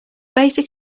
basic